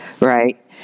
right